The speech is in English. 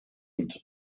into